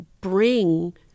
bring